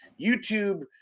YouTube